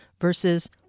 versus